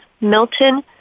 Milton